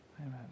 Amen